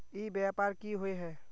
ई व्यापार की होय है?